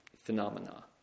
phenomena